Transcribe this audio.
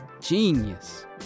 genius